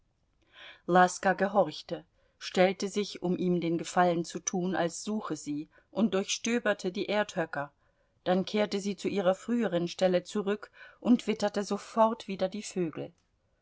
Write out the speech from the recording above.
laska gehorchte stellte sich um ihm den gefallen zu tun als suche sie und durchstöberte die erdhöcker dann kehrte sie zu ihrer früheren stelle zurück und witterte sofort wieder die vögel